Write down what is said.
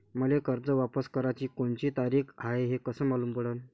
मले कर्ज वापस कराची कोनची तारीख हाय हे कस मालूम पडनं?